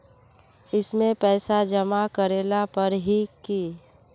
इसमें पैसा जमा करेला पर है की?